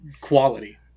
quality